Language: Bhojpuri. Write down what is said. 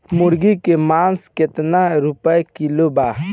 मुर्गी के मांस केतना रुपया किलो बा?